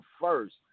first